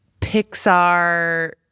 Pixar